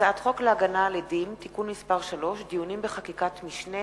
הצעת חוק להגנה על עדים (תיקון מס' 3) (דיונים בחקיקת משנה),